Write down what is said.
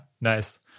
Nice